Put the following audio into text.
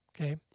Okay